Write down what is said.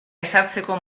ezartzeko